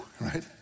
right